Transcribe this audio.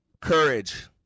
Courage